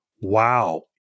wow